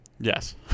Yes